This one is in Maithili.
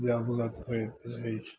जा बुरा तऽ होइत रहै छै